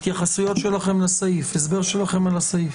התייחסויות שלכם לסעיף, הסבר שלכם על הסעיף.